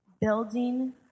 Building